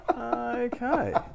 Okay